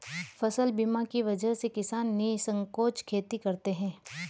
फसल बीमा की वजह से किसान निःसंकोच खेती करते हैं